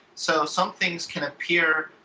so, some things can appear